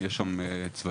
יש שם צבאים,